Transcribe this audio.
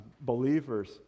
believers